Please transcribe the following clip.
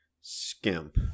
skimp